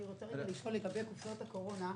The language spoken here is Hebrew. אני רוצה לשאול לגבי קופסאות הקורונה,